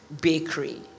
bakery